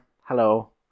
hello